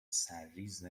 سرریز